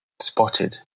spotted